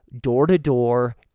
door-to-door